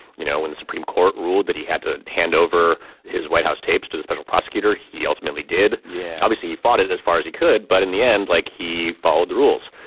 you know, when the supreme court ruled that he had to hand over his white house tapes to the special prosecutor, he ultimately did yeah obviously he fought it as far as he could. but in the end, like, he followed the rules.